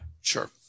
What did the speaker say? sure